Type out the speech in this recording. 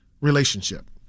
relationship